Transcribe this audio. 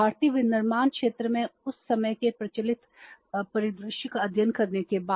भारतीय विनिर्माण क्षेत्र में उस समय के प्रचलित परिदृश्य का अध्ययन करने के बाद